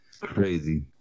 crazy